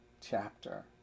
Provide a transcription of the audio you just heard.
chapter